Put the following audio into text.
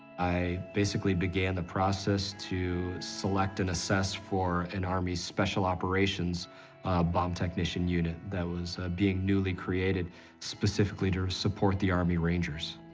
i basically began the process to select and assess for an army special operations bomb technician unit that was being newly created specifically to support the army rangers.